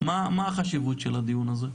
מה החשיבות של הדיון הזה?